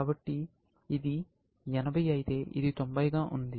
కాబట్టి ఇది 80 అయితే ఇది 90 గ ఉంది